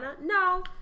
No